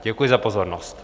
Děkuji za pozornost.